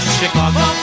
Chicago